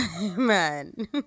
man